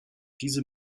diese